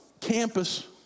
campus